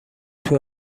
توی